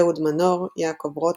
אהוד מנור, יעקב רוטבליט,